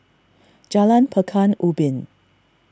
Jalan Pekan Ubin